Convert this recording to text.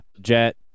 Jet